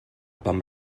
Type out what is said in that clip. vam